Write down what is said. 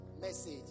message